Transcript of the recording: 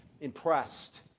impressed